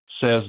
says